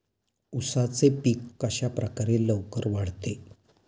उसाचे पीक कशाप्रकारे लवकर वाढते?